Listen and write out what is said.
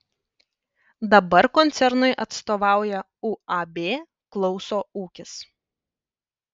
dabar koncernui atstovauja uab klauso ūkis